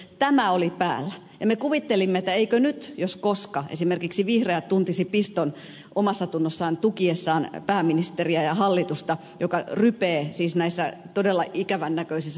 tämä oli päällä ja me kuvittelimme että eivätkö nyt jos koska esimerkiksi vihreät tuntisi piston omassatunnossaan tukiessaan pääministeriä ja hallitusta joka rypee siis näissä todella ikävän näköisissä sotkuissa